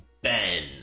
Ben